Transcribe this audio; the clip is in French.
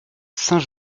saint